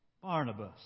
Barnabas